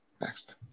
Next